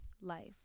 life